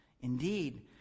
Indeed